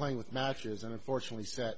playing with matches and unfortunately sat